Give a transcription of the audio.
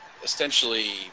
essentially